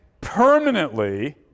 permanently